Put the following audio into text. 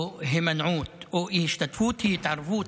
או הימנעות, או אי-השתתפות, היא התערבות,